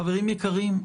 חברים יקרים,